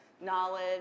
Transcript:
knowledge